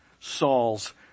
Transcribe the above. Saul's